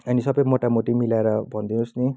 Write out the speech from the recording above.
अनि सबै मोटामोटी मिलाएर भनिदिनुहोस् नि